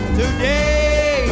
today